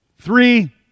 Three